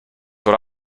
what